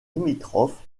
limitrophe